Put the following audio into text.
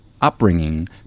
upbringing